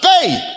faith